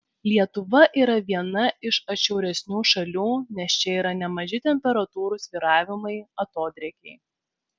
lietuva yra viena iš atšiauresnių šalių nes čia yra nemaži temperatūrų svyravimai atodrėkiai